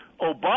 Obama